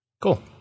Cool